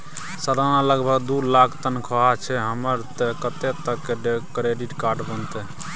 सलाना लगभग दू लाख तनख्वाह छै हमर त कत्ते तक के क्रेडिट कार्ड बनतै?